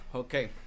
Okay